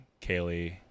kaylee